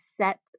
set